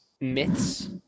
myths